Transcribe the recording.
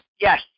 Yes